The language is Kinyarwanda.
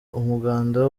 umuganda